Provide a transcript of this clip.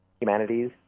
humanities